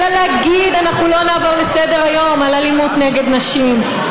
אלא להגיד: אנחנו לא נעבור לסדר-היום על אלימות נגד נשים,